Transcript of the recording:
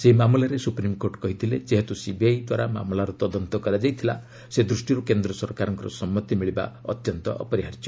ସେହି ମାମଲାରେ ସ୍ରପ୍ରିମ୍କୋର୍ଟ କହିଥିଲେ ଯେହେତ୍ର ସିବିଆଇ ଦ୍ୱାରା ମାମଲାର ତଦନ୍ତ କରାଯାଇଥିଲା ସେ ଦୃଷ୍ଟିରୁ କେନ୍ଦ୍ର ସରକାରଙ୍କର ସମ୍ମତି ମିଳିବା ଅତ୍ୟନ୍ତ ଅପରିହାର୍ଯ୍ୟ